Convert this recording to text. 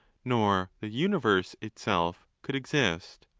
nor the universe itself, could exist.